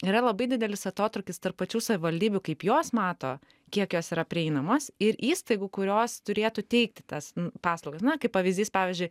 yra labai didelis atotrūkis tarp pačių savivaldybių kaip jos mato kiek jos yra prieinamos ir įstaigų kurios turėtų teikti tas paslaugas na kaip pavyzys pavyzdžiui